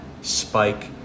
spike